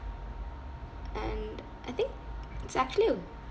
and I think it's actually a